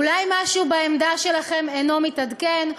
אולי משהו בעמדה שלכם אינו מתעדכן?